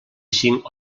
cinc